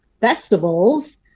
festivals